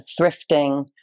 thrifting